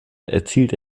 erzielte